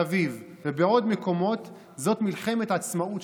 אביב ובעוד מקומות זאת מלחמת עצמאות.